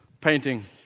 painting